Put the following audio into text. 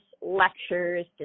lectures